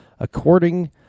According